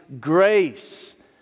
grace